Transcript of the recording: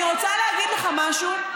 אני רוצה להגיד לך משהו.